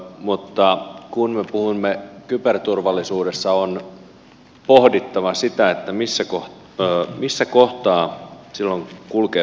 mutta kun me puhumme kyberturvallisuudesta on pohdittava sitä missä kohtaa silloin kulkee poikkeusolojen raja